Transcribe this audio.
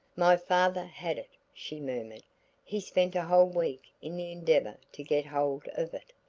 my father had it, she murmured he spent a whole week in the endeavor to get hold of it,